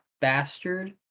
Bastard